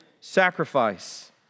sacrifice